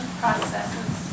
processes